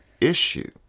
issue